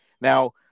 Now